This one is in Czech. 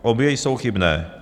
Obě jsou chybné.